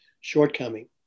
shortcoming